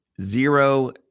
zero